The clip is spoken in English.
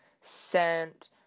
sent